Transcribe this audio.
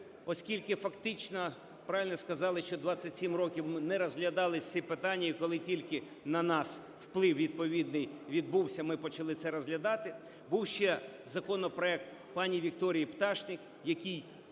оскільки фактично, правильно сказали, що 27 років ми не розглядали ці питання, і коли тільки на нас вплив відповідний відбувся, ми почали це розглядати, був ще законопроект пані Вікторії Пташник, який